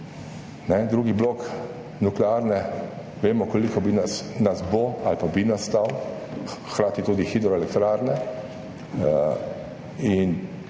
drugi blok nuklearne, vemo, koliko nas bo ali pa bi nas stal, hkrati tudi hidroelektrarne,